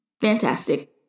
fantastic